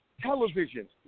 Television